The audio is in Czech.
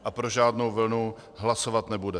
A pro žádnou vlnu hlasovat nebude.